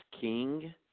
King